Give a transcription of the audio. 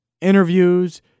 interviews